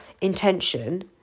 intention